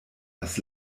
das